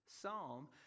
psalm